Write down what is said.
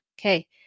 okay